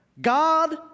God